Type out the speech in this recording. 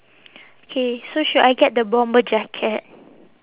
K so should I get the bomber jacket